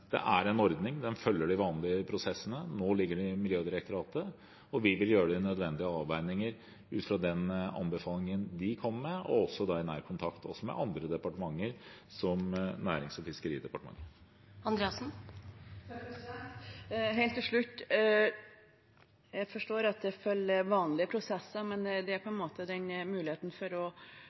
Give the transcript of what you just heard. ordning som følger de vanlige prosessene. Nå ligger den i Miljødirektoratet, og vi vil gjøre de nødvendige avveininger ut fra den anbefalingen de kommer med, også i nær kontakt med andre departementer, som Nærings- og fiskeridepartementet. Helt til slutt: Jeg forstår at det følger vanlige prosesser, men det er på en måte den muligheten man har til å